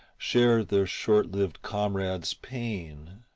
shared their short-lived comrade's pain.